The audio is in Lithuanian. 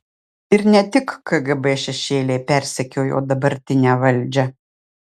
ir ne tik kgb šešėliai persekiojo dabartinę valdžią